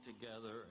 together